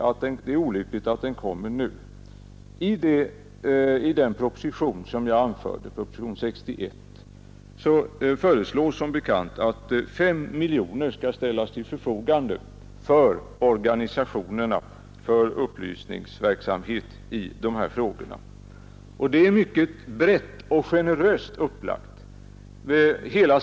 Att den här debatten kommer nu anser jag vara olyckligt. I propositionen 61 föreslås som bekant att 5 miljoner skall ställas till organisationernas förfogande för upplysningsverksamhet i dessa frågor. Den verksamheten blir mycket brett och generöst upplagd.